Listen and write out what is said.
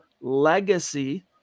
legacy